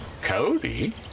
Cody